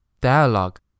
Dialogue